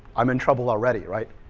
i'm in trouble already. right.